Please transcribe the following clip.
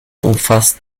umfasst